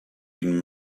been